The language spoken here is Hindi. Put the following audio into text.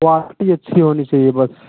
क्वालिटी अच्छी होनी चाहिए बस